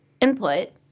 Input